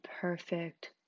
perfect